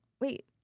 wait